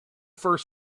first